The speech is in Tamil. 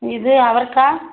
இது அவரக்காய்